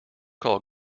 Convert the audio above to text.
call